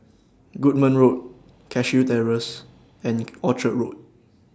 Goodman Road Cashew Terrace and Orchard Road